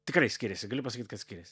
tikrai skiriasi galiu pasakyt kad skiriasi